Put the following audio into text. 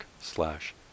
slash